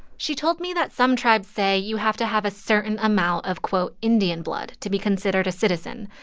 she told me that some tribes say you have to have a certain amount of, quote, indian blood to be considered a citizen.